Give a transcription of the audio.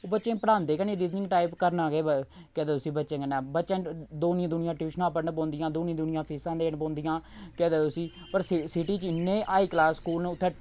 ओह् बच्चें गी पढ़ांदे गै निं रीजनिंग टाइप करना केह् बो केह् आखदे उस्सी बच्चे कन्नै बच्चें दूनी दूनियां टयूशनां पढ़ने पौंंदियां दूनी दूनियां फीसां देने पौंदियां केह् आखदे उस्सी पर सिटी च इन्ने हाई क्लास स्कूल न उत्थै